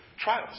Trials